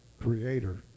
creator